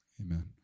Amen